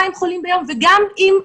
חולים ביום וגם עם 3,000 חולים ביום.